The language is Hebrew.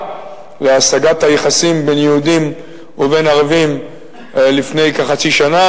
להסגת היחסים בין יהודים לערבים אחורה,